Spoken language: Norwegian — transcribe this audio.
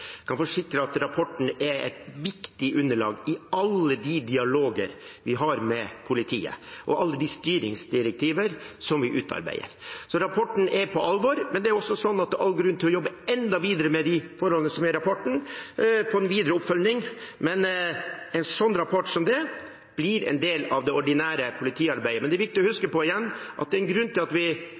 kan forsikre om at rapporten er et viktig underlag i alle de dialoger vi har med politiet, og i alle de styringsdirektiver som vi utarbeider. Så rapporten tas på alvor, men det er også all grunn til å jobbe med de forholdene som kommer fram i rapporten, i en videre oppfølging. En rapport som dette blir en del av det ordinære politiarbeidet. Men det er igjen viktig å huske på at det er en grunn til at vi ønsker en slik rapport, det er en grunn til at vi